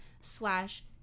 slash